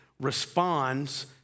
responds